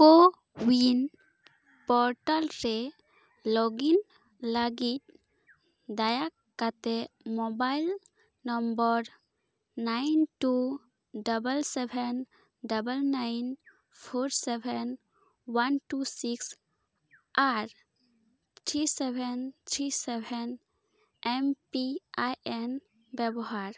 ᱠᱳ ᱩᱭᱤᱱ ᱯᱨᱚᱴᱟᱞ ᱨᱮ ᱞᱚᱜᱤᱱ ᱞᱟᱹᱜᱤᱫ ᱫᱟᱭᱟ ᱠᱟᱛᱮᱫ mobile number nine two double seven double nine four seven one two six ᱟᱨ three seven three seven M P I N ᱵᱮᱵᱚᱦᱟᱨ